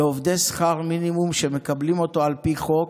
לעובדי שכר מינימום, שמקבלים אותו על פי חוק,